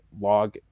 log